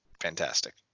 fantastic